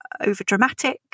overdramatic